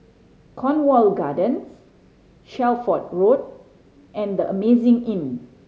Cornwall Gardens Shelford Road and The Amazing Inn